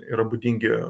yra būdingi